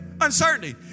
uncertainty